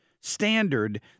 standard